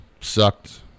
sucked